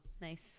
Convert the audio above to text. nice